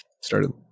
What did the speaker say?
started